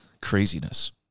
Craziness